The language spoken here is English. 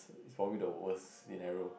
it's probably the worst scenario